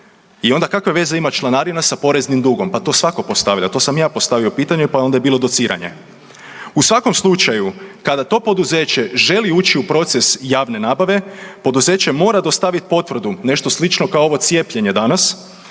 I onda kakve veze ima članarina sa poreznim dugom? Pa svako postavlja, to sam i ja postavio pitanje pa je onda bilo dociranje. U svakom slučaju kada to poduzeće želi ući u proces javne nabave, poduzeće mora dostaviti potvrdu, nešto slično kao ovo cijepljenje danas